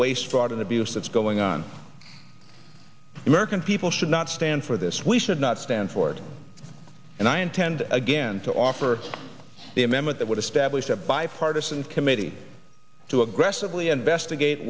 waste fraud and abuse that's going on american people should not stand for this we should not stand for it and i intend again to offer the amendment that would establish a bipartisan committee to aggressively investigate